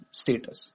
status